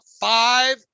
five